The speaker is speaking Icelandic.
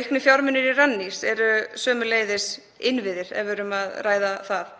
Auknir fjármunir í Rannís eru sömuleiðis innviðir ef við erum að ræða það.